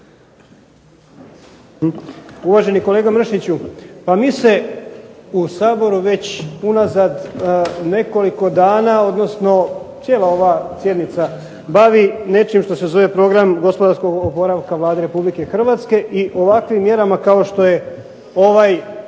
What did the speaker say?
Uvaženi kolega Mršiću, pa mi se u Saboru već unazad nekoliko dana, odnosno cijela ova sjednica bavi nečim što se zove Program gospodarskog oporavka Vlade Republike Hrvatske i ovakvim mjerama kao što je ovaj